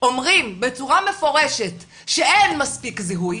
אומרים בצורה מפורשת שאין מספיק זיהוי.